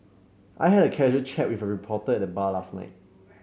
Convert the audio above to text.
I had a casual chat with a reporter at the bar last night